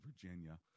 Virginia